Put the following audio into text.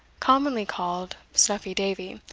commonly called snuffy davy,